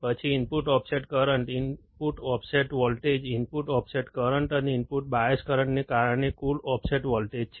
પછી input offset current input offset voltage input offset current અને input bias કરંટને કારણે કુલ ઓફસેટ વોલ્ટેજ છે